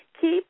keep